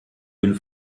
den